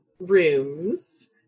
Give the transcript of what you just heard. rooms